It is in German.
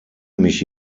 mich